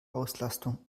auslastung